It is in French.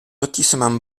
lotissement